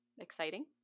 exciting